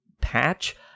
patch